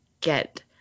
get